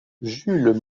jules